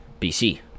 BC